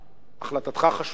החלטתך חשובה,